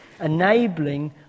Enabling